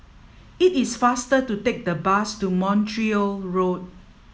it is faster to take the bus to Montreal Road